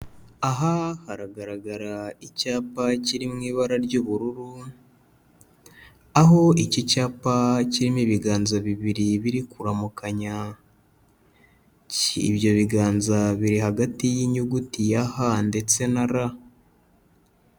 Aha haragaragara icyapa kiri mu ibara ry'ubururu, aho iki cyapa kirimo ibiganza bibiri biri kuramukanya, ibyo biganza biri hagati y'inyuguti ya H ndetse na R.